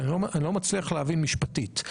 אני לא מצליח להבין משפטית.